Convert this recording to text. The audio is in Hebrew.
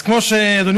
אז כמו שציינת,